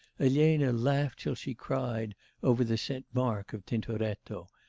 elena laughed till she cried over the st mark of tintoretto,